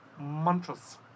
Mantras